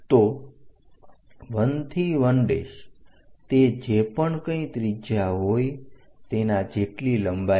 તો 1 થી 1 તે જે પણ કંઇ ત્રિજ્યા હોય તેના જેટલી લંબાઈ લો